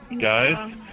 guys